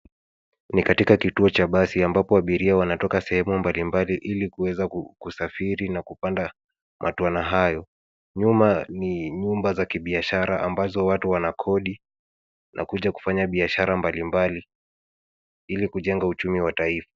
Ni katika kituo cha basi ambapo abiria wanatoka katika sehemu balibali ili kuweza kusafiri nakupanda matuana hayo. Nyuma ni nyumba za kibiashara ambazo watu wanakodi nakuja kufanya biashara balibali ili kujenga uchumi wa taifa .